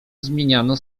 zmieniano